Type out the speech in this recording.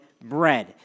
bread